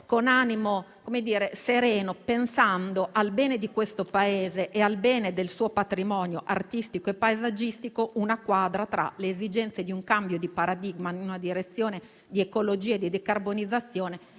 con animo sereno, pensando al bene di questo Paese e del suo patrimonio artistico e paesaggistico, una quadra tra le esigenze di un cambio di paradigma in una direzione di ecologia e di decarbonizzazione